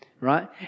right